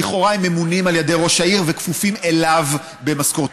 ולכאורה הם ממונים על ידי ראש העיר וכפופים אליו במשכורתם,